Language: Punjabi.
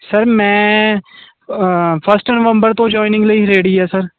ਸਰ ਮੈਂ ਫਸਟ ਨਵੰਬਰ ਤੋਂ ਜੁਇਨਿੰਗ ਲਈ ਰੈਡੀ ਐ ਸਰ